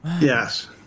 Yes